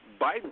Biden